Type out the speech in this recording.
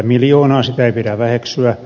sitä ei pidä väheksyä